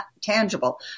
tangible